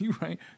right